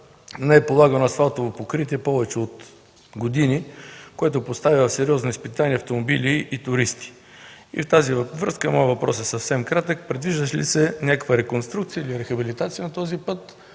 не е полагано асфалтово покритие повече от години, което поставя на сериозно изпитание автомобили и туристи. В тази връзка моят въпрос е съвсем кратък: предвижда ли се някаква реконструкция или рехабилитация на този път,